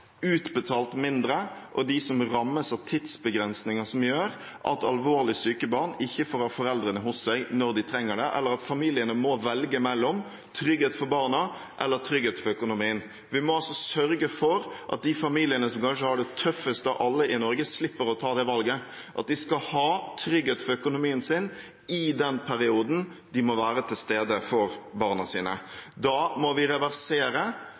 utbetalt mindre, og til dem som rammes av tidsbegrensninger som gjør at alvorlig syke barn ikke får ha foreldrene hos seg når de trenger det, eller at familiene må velge mellom trygghet for barna og trygghet for økonomien. Vi må sørge for at de familiene som kanskje har det tøffest av alle i Norge, slipper å ta det valget, at de skal ha trygghet for økonomien sin i den perioden de må være til stede for barna sine. Da må vi reversere